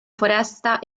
foresta